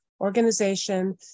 organization